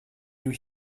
you